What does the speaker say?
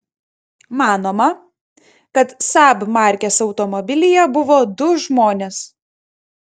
manoma kad saab markės automobilyje buvo du žmonės